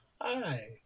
Hi